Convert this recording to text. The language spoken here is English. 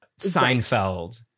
Seinfeld